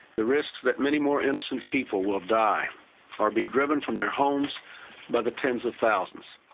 the risks that many more innocent people will die or be driven from their homes by the tens of thousands.